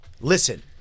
Listen